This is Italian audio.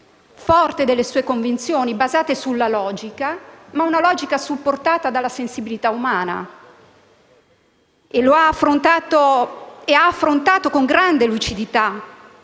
forte delle sue convinzioni basate sulla logica, ma una logica supportata dalla sensibilità umana, ha affrontato con grande lucidità